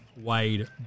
Wade